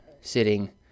sitting